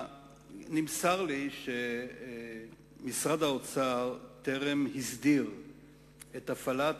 נמסר לי שמשרד האוצר טרם הסדיר את הפעלת